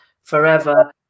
forever